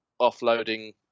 offloading